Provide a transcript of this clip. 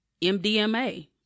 MDMA